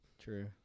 True